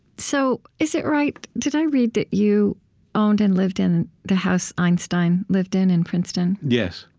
so is it right? did i read that you owned and lived in the house einstein lived in, in princeton? yes.